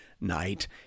night